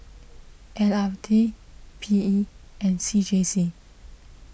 L R T P E and C J C